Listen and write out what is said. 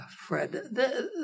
Fred